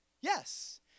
yes